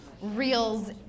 reels